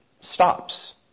stops